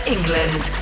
England